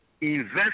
invest